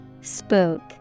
Spook